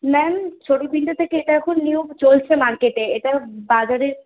ma'am ছবি প্রিন্টের থেকে এটা এখন নিউ চলছে মার্কেটে এটা বাজারে